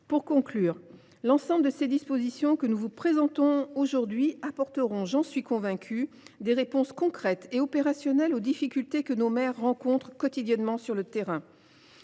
Pour conclure, l’ensemble des dispositions que nous vous présentons aujourd’hui apporteront, j’en suis convaincue, des réponses concrètes et opérationnelles aux difficultés que nos maires rencontrent quotidiennement sur le terrain.